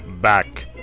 Back